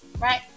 right